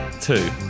two